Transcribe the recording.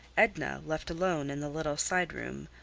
edna, left alone in the little side room,